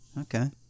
Okay